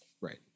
right